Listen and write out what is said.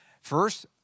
First